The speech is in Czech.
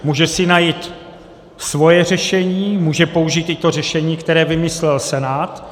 Může si najít svoje řešení, může použít i to řešení, které vymyslel Senát.